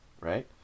right